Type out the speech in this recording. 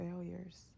failures